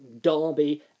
derby